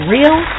Real